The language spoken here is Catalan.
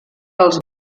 els